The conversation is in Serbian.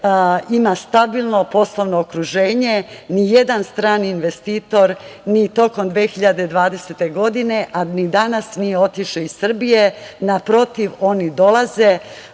ima stabilno poslovno okruženje. Nijedan strani investitor ni tokom 2020. godine, a ni danas nije otišao iz Srbije. Naprotiv, oni dolaze,